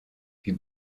die